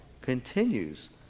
continues